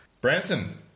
Branson